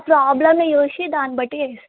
ఆ ప్రోబ్లంని చూసి దాన్ని బట్టీ చేయిస్తాము